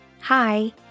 Hi